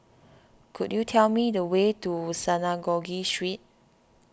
could you tell me the way to Synagogue Street